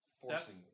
forcing